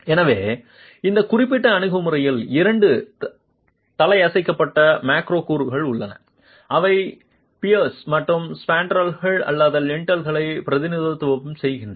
எனவே இந்த குறிப்பிட்ட அணுகுமுறையில் இரண்டு தலையசைக்கப்பட்ட மேக்ரோகூறுகள் உள்ளன அவை பியர்ஸ் மற்றும் ஸ்பேன்ட்ரெல்கள் அல்லது லிண்டல்களை பிரதிநிதித்துவம் செய்கின்றன